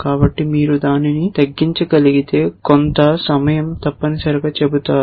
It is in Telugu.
కాబట్టి మీరు దానిని తగ్గించగలిగితే కొంత సమయం తప్పనిసరిగా చెబుతారు